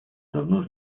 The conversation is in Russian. давно